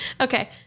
Okay